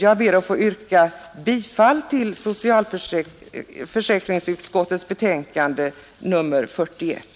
Jag ber att få yrka bifall till socialförsäkringsutskottets hemställan i betänkandet nr 41.